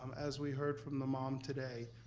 um as we heard from the mom today,